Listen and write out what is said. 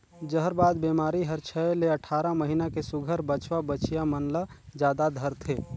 जहरबाद बेमारी हर छै ले अठारह महीना के सुग्घर बछवा बछिया मन ल जादा धरथे